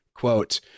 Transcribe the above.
Quote